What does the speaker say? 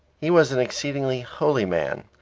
he was an exceedingly holy man,